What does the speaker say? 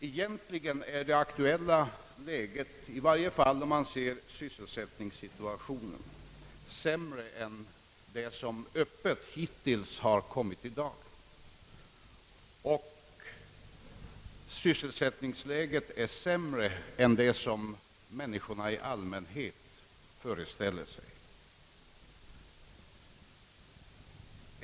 Egentligen är det aktuella läget, i varje fall om man ser sysselsättningssituationen, sämre än det som hittills öppet har redovisats i dag, och sysselsättningsläget är sämre än det som människorna i allmänhet föreställer sig.